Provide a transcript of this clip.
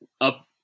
Up